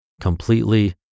completely